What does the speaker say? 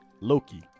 Loki